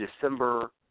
December